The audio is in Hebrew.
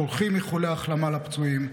ושולחים איחולי החלמה לפצועים,